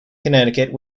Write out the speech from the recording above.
connecticut